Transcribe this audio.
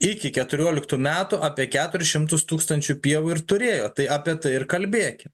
iki keturioliktų metų apie keturis šimtus tūkstančių pievų ir turėjo tai apie tai ir kalbėki